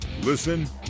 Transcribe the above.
Listen